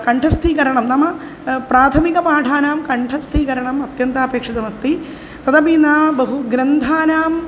कण्ठस्थीकरणं नाम प्राथमिकपाठानां कण्ठस्थीकरणम् अत्यन्तपेक्षितमस्ति तदपि न बहु ग्रन्थानाम्